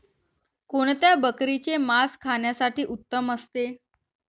कोणत्या बकरीचे मास खाण्यासाठी उत्तम असते?